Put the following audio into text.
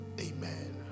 Amen